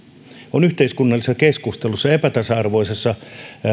on yhteiskunnallisessa keskustelussa epätasa arvoisessa